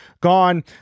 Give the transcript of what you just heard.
gone